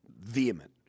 vehement